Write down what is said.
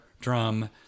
drum